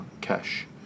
cash